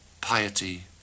piety